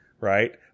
Right